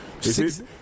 Six